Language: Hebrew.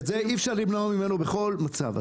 את זה אי אפשר למנוע ממנו בכל מצב.